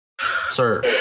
Sir